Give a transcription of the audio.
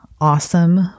awesome